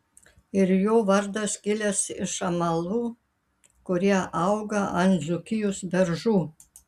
ir jo vardas kilęs iš amalų kurie auga ant dzūkijos beržų